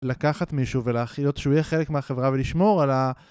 לקחת מישהו ולהכיל אותו שהוא יהיה חלק מהחברה ולשמור על ה...